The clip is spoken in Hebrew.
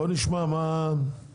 בואו נשמע מה הפתרונות.